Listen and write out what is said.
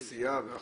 כן,